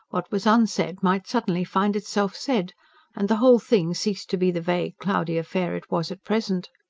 what was unsaid might suddenly find itself said and the whole thing cease to be the vague, cloudy affair it was at present.